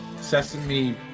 Sesame